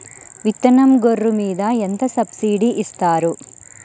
విత్తనం గొర్రు మీద ఎంత సబ్సిడీ ఇస్తారు?